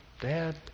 Dad